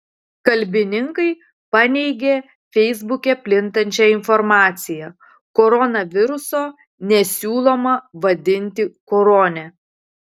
kalbininkai paneigė feisbuke plintančią informaciją koronaviruso nesiūloma vadinti korone